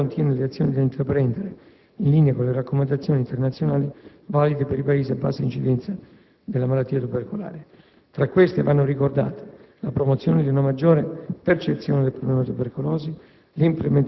il piano contiene le azioni da intraprendere, in linea con le raccomandazioni internazionali valide per i Paesi a bassa incidenza della malattia tubercolare. Tra queste vanno ricordate la promozione di una maggiore percezione del problema tubercolosi,